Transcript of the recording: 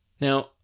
Now